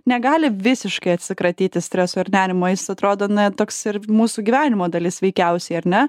negali visiškai atsikratyti streso ir nerimo jis atrodo na toks ir mūsų gyvenimo dalis veikiausiai ar ne